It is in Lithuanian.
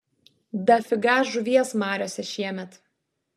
dafiga žuvies mariose šiemet